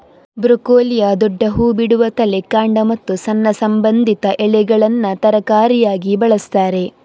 ಬ್ರೊಕೊಲಿಯ ದೊಡ್ಡ ಹೂ ಬಿಡುವ ತಲೆ, ಕಾಂಡ ಮತ್ತು ಸಣ್ಣ ಸಂಬಂಧಿತ ಎಲೆಗಳನ್ನ ತರಕಾರಿಯಾಗಿ ಬಳಸ್ತಾರೆ